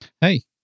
hey